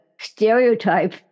stereotype